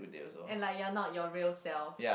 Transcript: and like you're not your real self